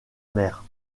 mère